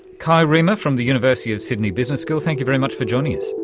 kai riemer from the university of sydney business school, thank you very much for joining us.